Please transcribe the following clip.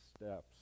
steps